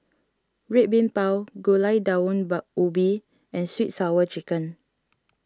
Red Bean Bao Gulai Daun Ubi and Sweet Sour Chicken